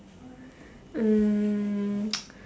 um